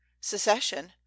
secession